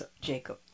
Jacob